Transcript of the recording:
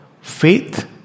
faith